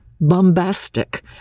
bombastic